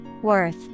worth